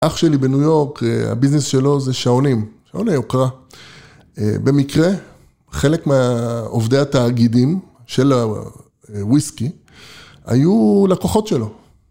אח שלי בניו יורק, הביזנס שלו זה שעונים, שעוני יוקרה. במקרה, חלק מעובדי התאגידים של הוויסקי, היו לקוחות שלו.